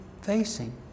facing